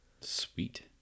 Sweet